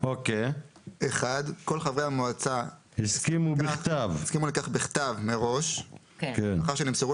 כל חברי המועצה הסכימו בכתב מראש לאחר שנמסרו